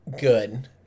good